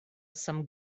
some